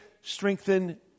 strengthen